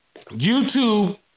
YouTube